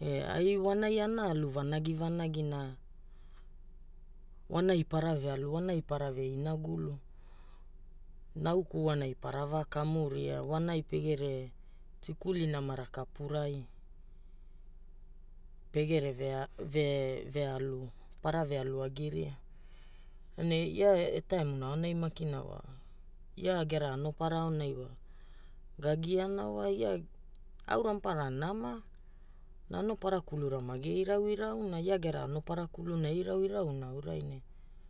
E ai wanai ana alu vanagivanagi na wanai para ve alu wanai para ve inagulu. Nauku wanai para va kamuria, wanai pegere tikuli, tikuli namara kapurai pegere ve alu, para ve alu agiria. Ia e taimuna aonai makina wa, ia gera anopara aonai wa ga giana wa, aura maparara nama na anopara kulura mage irauirauna, ia gera anopara kuluna e irauirauna aurai ne